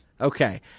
Okay